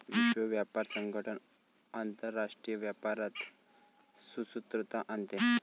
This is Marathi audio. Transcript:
विश्व व्यापार संगठन आंतरराष्ट्रीय व्यापारात सुसूत्रता आणते